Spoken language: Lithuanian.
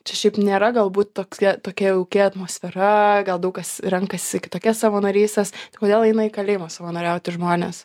čia šiaip nėra galbūt tokia tokia jauki atmosfera gal daug kas renkasi kitokias savanorystės kodėl eina į kalėjimą savanoriauti žmonės